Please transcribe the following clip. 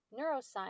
neuroscience